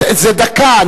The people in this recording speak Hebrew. זה דקה,